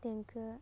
देंखो